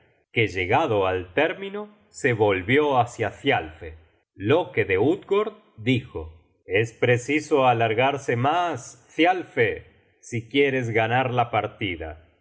que llegado al término se volvió hácia thialfe loke de utgord dijo es preciso alargarse mas thialfe si quieres ganar la partida